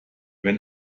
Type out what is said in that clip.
wenn